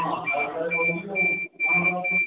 ହଁ ହଁ ରାଉତ ସାର୍ କହୁଥିଲି